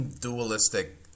dualistic